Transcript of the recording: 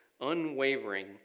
unwavering